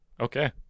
Okay